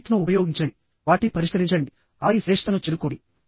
conflicts ను ఉపయోగించండి వాటిని పరిష్కరించండి ఆపై శ్రేష్ఠతను చేరుకోండి